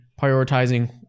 prioritizing